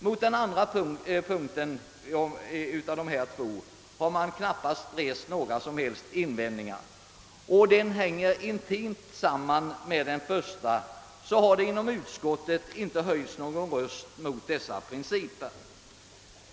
Mot den andra punkten har knappast några invändningar rests. Den hör intimt samman med den första, och inom utskottet har det inte höjts någon röst mot de föreslagna principerna.